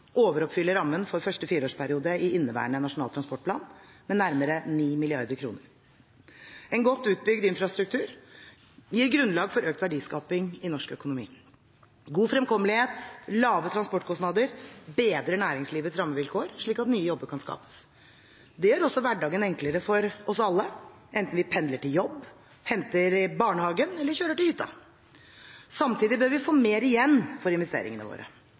rammen for første fireårsperiode i inneværende Nasjonal transportplan med nærmere 9 mrd. kr. En godt utbygd infrastruktur gir grunnlag for økt verdiskaping i norsk økonomi. God fremkommelighet og lave transportkostnader bedrer næringslivets rammevilkår, slik at nye jobber kan skapes. Det gjør også hverdagen enklere for oss alle, enten vi pendler til jobb, henter barn i barnehagen eller kjører til hytta. Samtidig bør vi få mer igjen for investeringene våre.